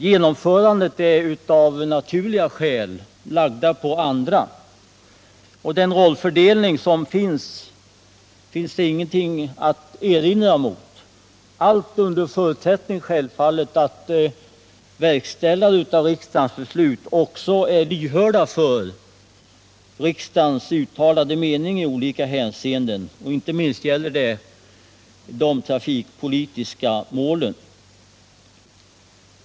Genomförandet är av naturliga skäl lagt på andra, och den rollfördelningen finns det ingenting att erinra mot — allt självfallet under förutsättning att verkställarna av riksdagens beslut också är lyhörda för riksdagens uttalade mening i olika avseenden, inte minst när det gäller de trafikpolitiska målen.